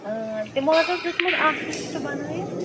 تِمو حظ اوس دیُتمُت اَکھ لِسٹ بنٲیِتھ